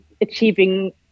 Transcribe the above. achieving